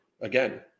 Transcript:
again